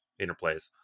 interplays